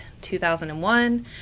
2001